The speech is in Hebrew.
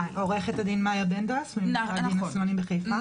עוה"ד מאיה בנדס מחיפה,